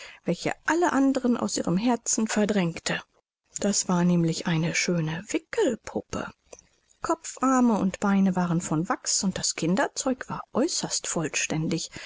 welche alle anderen aus ihrem herzen verdrängte das war nämlich eine schöne wickelpuppe kopf arme und beine waren von wachs und das kinderzeug war äußerst vollständig